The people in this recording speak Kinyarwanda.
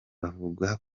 bakavuga